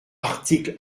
article